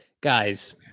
Guys